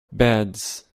beds